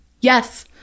Yes